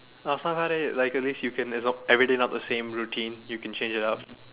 last time like at least now you can swap everyday not the same routine you can change it up